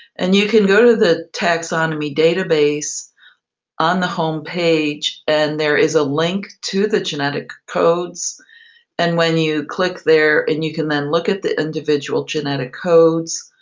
and you can go to the taxonomy data base on the home page and there is a link to the genetic codes and when you click there and you can then look at the individual genetic codes.